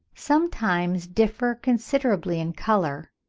sometimes differ considerably in colour,